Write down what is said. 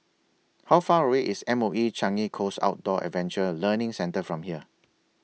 How Far away IS M O E Changi Coast Outdoor Adventure Learning Centre from here